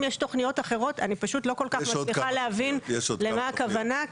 אם יש תוכניות אחרות אני לא כל כך מצליחה להבין למה הכוונה.